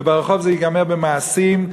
וברחוב זה ייגמר במעשים,